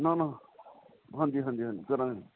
ਨਾ ਨਾ ਹਾਂਜੀ ਹਾਂਜੀ ਹਾਂਜੀ